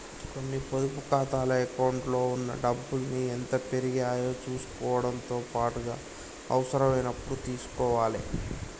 కొన్ని పొదుపు ఖాతాల అకౌంట్లలో ఉన్న డబ్బుల్ని ఎంత పెరిగాయో చుసుకోవడంతో పాటుగా అవసరమైనప్పుడు తీసుకోవాలే